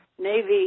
Navy